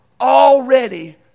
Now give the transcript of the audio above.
already